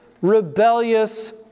rebellious